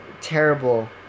terrible